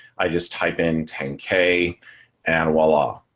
i just type in ten k and voila,